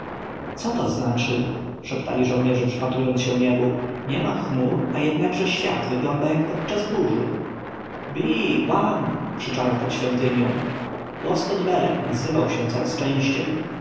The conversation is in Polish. co to znaczy szeptali żołnierze przypatrując się niebu niema chmur a jednakże świat wygląda jak podczas burzy bij łam krzyczano pod świątynią łoskot belek odzywał się coraz częściej